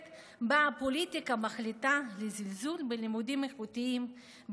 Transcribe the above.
שבה הפוליטיקה מחליטה לזלזל בלימודים איכותיים,